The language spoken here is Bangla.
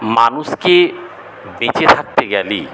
মানুষকে বেঁচে থাকতে গেলেই